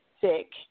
sick